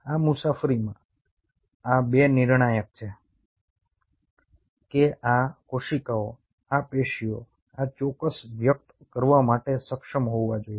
આ મુસાફરીમાં આ 2 નિર્ણાયક છે કે આ કોશિકાઓ આ પેશીઓ આ ચોક્કસ વ્યક્ત કરવા માટે સક્ષમ હોવા જોઈએ